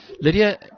Lydia